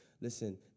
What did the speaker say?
Listen